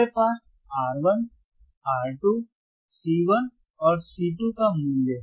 हमारे पास R1 R2 C1 और C2 का मूल्य है